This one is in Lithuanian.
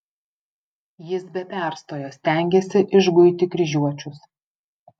jis be perstojo stengėsi išguiti kryžiuočius